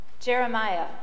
Jeremiah